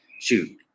Shoot